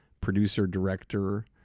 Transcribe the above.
producer-director